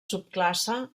subclasse